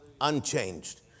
unchanged